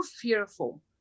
fearful